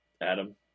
Adam